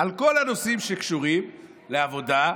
על כל הנושאים שקשורים לעבודה,